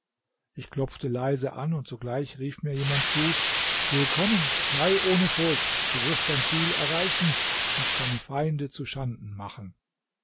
ich klopfte leise an und sogleich rief mir jemand zu willkommen sei ohne furcht du wirst dein ziel erreichen und deine feinde zuschanden machen